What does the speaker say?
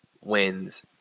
wins